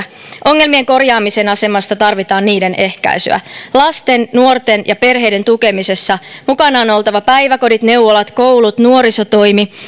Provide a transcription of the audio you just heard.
ongelmien korjaamisen asemasta tarvitaan niiden ehkäisyä lasten nuorten ja perheiden tukemisessa mukana on oltava päiväkodit neuvolat koulut nuorisotoimi